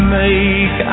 make